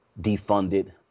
defunded